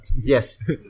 Yes